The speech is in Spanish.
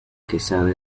quesada